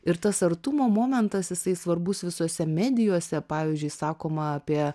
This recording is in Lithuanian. ir tas artumo momentas jisai svarbus visose medijose pavyzdžiui sakoma apie